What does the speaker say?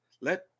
Let